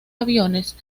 aviones